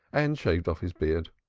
and shaved off his beard.